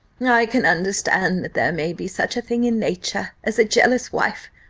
i can understand that there may be such a thing in nature as a jealous wife,